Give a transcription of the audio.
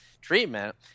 treatment